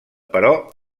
però